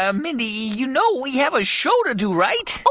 um mindy, you know we have a show to do, right? oh,